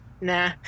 Nah